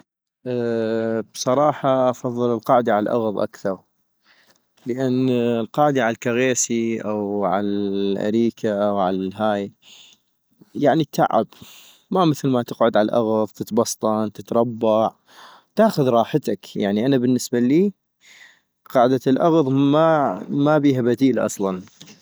بصراحة افضل القعدي عالاغض احسن - لان القعدي عالكغيسي أو عالاريكة أو عالهاي يعني اتعب ما مثل ما تقعد عالاغض تتبسطن ، تتربع ، تأخذ راحتك - يعني أنا بالنسبة إلي قعدة الاغض ما مابيها بديل أصلاً